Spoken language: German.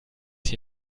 hier